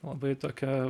labai tokią